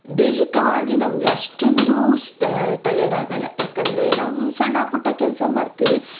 ದೈಹಿಕವಾಗಿ ನಮಗೆ ಅಷ್ಟೊಂದು ಟೈಯರ್ಡ್ ಆಗಲ್ಲ ಯಾಕೆಂದರೆ ನಾವು ಸಣ್ಣ ಪುಟ್ಟ ಕೆಲಸ ಮಾಡ್ತೀರಿ